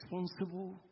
responsible